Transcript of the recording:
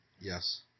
Yes